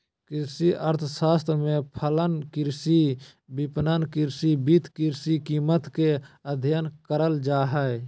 कृषि अर्थशास्त्र में फलन, कृषि विपणन, कृषि वित्त, कृषि कीमत के अधययन करल जा हइ